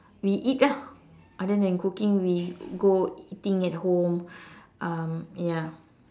we eat ah other than cooking we go eating at home um ya